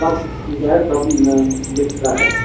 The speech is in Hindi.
सब किस्म का है सब रेट का है